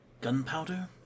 gunpowder